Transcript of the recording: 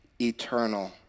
eternal